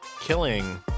killing